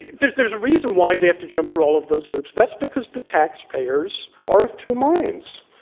there's there's a reason why they have to jump through all of those hoops. that's because the taxpayers are of two minds,